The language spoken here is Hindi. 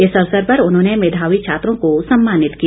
इस अवसर पर उन्होंने मेधावी छात्रों को सम्मानित किया